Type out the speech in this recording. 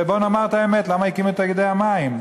ובואו נאמר את האמת, למה הקימו את תאגידי המים?